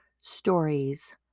stories